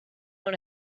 want